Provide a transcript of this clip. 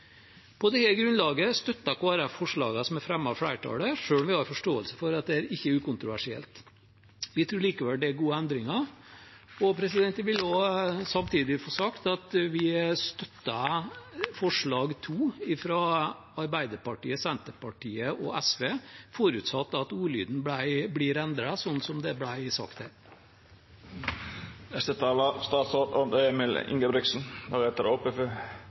På dette grunnlaget støtter Kristelig Folkeparti forslagene som er fremmet av flertallet, selv om vi har forståelse for at dette ikke er ukontroversielt. Vi tror likevel det er gode endringer. Jeg vil samtidig få sagt at vi støtter forslag nr. 2, fra Arbeiderpartiet, Senterpartiet og SV, forutsatt at ordlyden blir endret, sånn som det ble sagt her.